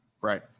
Right